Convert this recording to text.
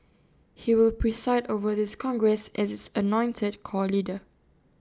he will preside over this congress as its anointed core leader